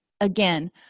again